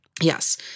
Yes